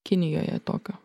kinijoje tokio